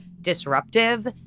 disruptive